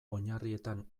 oinarrietan